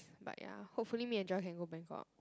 but ya hopefully me and Joy can go Bangkok